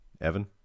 Evan